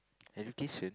have you kiss with